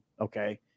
Okay